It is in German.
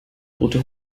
tote